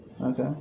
Okay